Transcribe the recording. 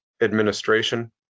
Administration